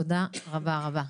תודה רבה-רבה.